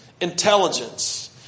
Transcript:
intelligence